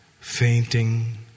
fainting